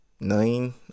nine